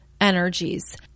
energies